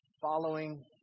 following